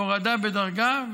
הורדה בדרגה,